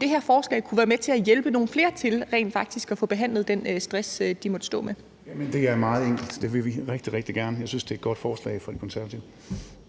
det her forslag om at kunne være med til at hjælpe nogle flere til rent faktisk at få behandlet den stress, de måtte stå med? Kl. 19:19 Torsten Gejl (ALT) : Jamen det er meget enkelt: Det vil vi rigtig, rigtig gerne. Jeg synes, at det er et godt forslag fra De Konservative.